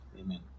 Amen